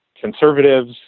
conservatives